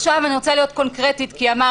עכשיו אני רוצה להיות קונקרטית כי אמר